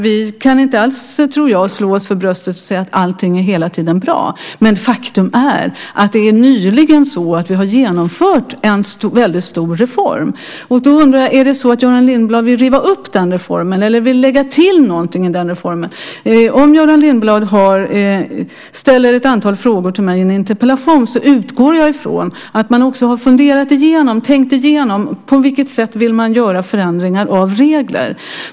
Vi kan inte alls, tror jag, slå oss för bröstet och säga att allting hela tiden är bra. Men faktum är att vi nyligen har genomfört en väldigt stor reform. Är det så att Göran Lindblad vill riva upp den reformen eller lägga till någonting i den reformen? Om Göran Lindblad ställer ett antal frågor till mig i en interpellation utgår jag från att man har funderat igenom, tänkt igenom, på vilket sätt man vill göra förändringar av regler.